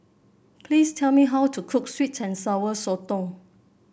please tell me how to cook sweet and Sour Sotong